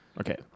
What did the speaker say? Okay